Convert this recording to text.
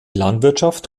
landwirtschaft